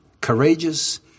courageous